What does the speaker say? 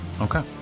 Okay